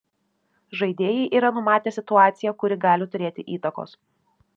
žaidėjai yra numatę situaciją kuri gali turėti įtakos